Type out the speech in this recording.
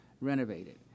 renovated